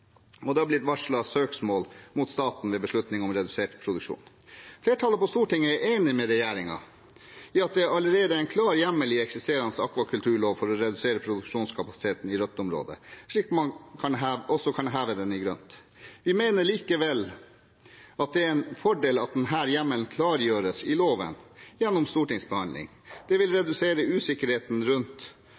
og det har blitt varslet søksmål mot staten ved beslutning om redusert produksjon. Flertallet på Stortinget er enige med regjeringen i at det allerede er en klar hjemmel i eksisterende akvakulturlov for å redusere produksjonskapasiteten i rødt område, slik man også kan heve den i grønt. Vi mener likevel det er en fordel at denne hjemmelen klargjøres i loven gjennom stortingsbehandling. Det vil redusere usikkerheten rundt